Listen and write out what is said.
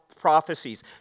prophecies